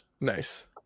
Nice